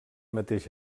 mateix